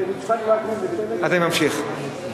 יצחק וקנין, אז אני ממשיך.